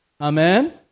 Amen